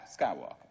Skywalker